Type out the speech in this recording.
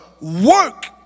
work